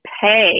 pay